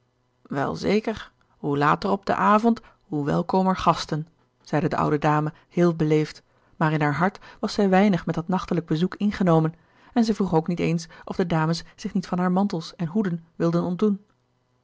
wel zeker hoe later op den avond hoe welkomer gasten zeide de oude dame heel beleefd maar in haar hart was zij weinig met dat nachtelijk bezoek ingenomen en zij vroeg ook niet eens of de dames zich niet van haar mantels en hoeden wilden ontdoen